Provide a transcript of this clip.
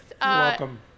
welcome